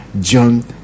John